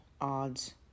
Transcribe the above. odds